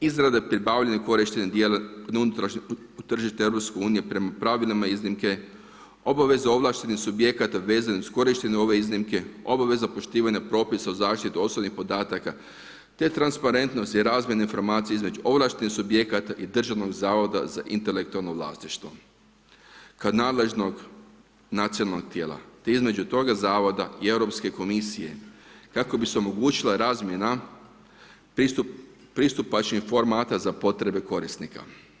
Izrade pribavljanja korištenja ... u tržište EU prema pravilima iznimke, obavezu ovlaštenih subjekata vezano uz korištenje ove iznimke, obaveza poštivanja propisa o zaštiti osobnih podataka te transparentnost i razmjene informacija između ovlaštenih subjekata i državnog zavoda za intelektualno vlasništvo, kod nadležnog nacionalnog tijela te između toga zavoda i Europske komisije kako bi se omogućila razmjena pristupačnijeg formata za potrebe korisnika.